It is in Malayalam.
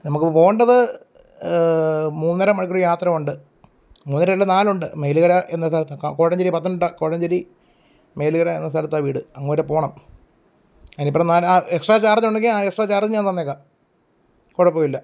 നമുക്ക് പോവേണ്ടത് മൂന്നര മണിക്കൂർ യാത്ര ഉണ്ട് മൂന്നരയല്ല നാലുണ്ട് മേലുകര എന്ന സ്ഥലത്ത് കോഴഞ്ചേരി പത്തനംതിട്ട കോഴഞ്ചേരി മേലുകര എന്ന സ്ഥലത്താ വീട് അങ്ങ് വരെ പോവണം അതിനിപ്പുറം എക്സ്ട്രാ ചാർജുണ്ടെങ്കിൽ ആ എക്സ്ട്രാ ചാർജ്ജും ഞാൻ തന്നേക്കാം കുഴപ്പമില്ല